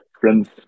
friends